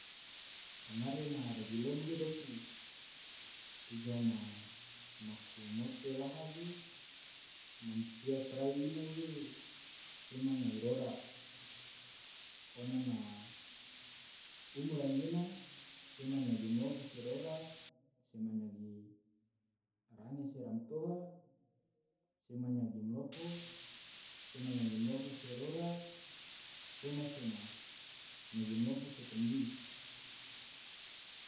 fangare na dagilom ge dofu, duga ma maku mote laha ge mansia sorai ino ge sema ngai rora, ona na umur anggena sema nyagi malofo se rora, sema nyagi range se romtoha, sema nyagi malofo, sema nyagi malofo se rora, coma sema nyagi malofo se tumdi.